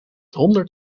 honderd